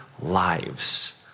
lives